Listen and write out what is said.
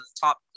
top